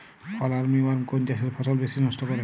ফল army worm কোন চাষের ফসল বেশি নষ্ট করে?